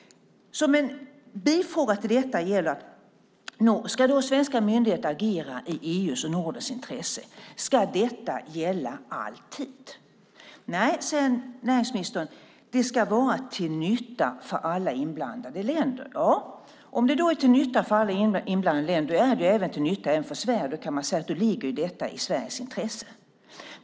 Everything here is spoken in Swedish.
En bifråga är då om svenska myndigheter ska agera i EU:s och Nordens intresse och om detta ska gälla för alltid. Nej, säger näringsministern, det ska vara till nytta för alla inblandade länder. Men om det är till nytta för alla inblandade länder är det till nytta även för Sverige, och då kan man säga att detta ligger i Sveriges intresse.